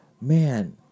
man